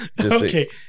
Okay